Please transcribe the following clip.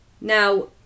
Now